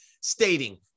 stating